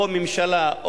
או הממשלה,